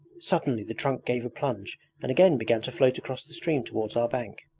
suddenly the trunk gave a plunge and again began to float across the stream towards our bank.